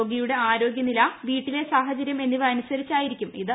രോഗിയുടെ ആരോഗ്യനില വീട്ടിലെ സാഹചര്യം എന്നിവ അനുസരിച്ചായിരിക്കും ഇത്